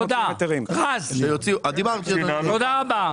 תודה רבה.